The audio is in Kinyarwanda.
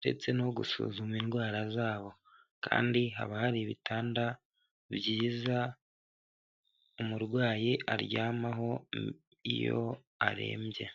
ndetse no gusuzuma indwara zabo. Kandi haba hari ibitanda byiza, umurwayi aryamaho iyo arembye.